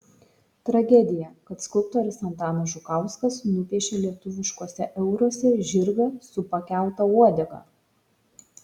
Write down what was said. tragedija kad skulptorius antanas žukauskas nupiešė lietuviškuose euruose žirgą su pakelta uodega